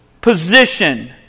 position